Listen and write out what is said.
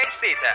Theater